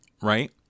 Right